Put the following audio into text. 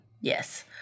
Yes